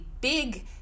big